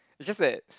it's just that